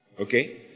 okay